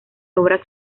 obras